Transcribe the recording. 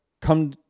come